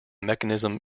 mechanism